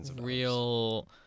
real